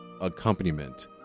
accompaniment